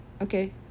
Okay